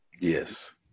Yes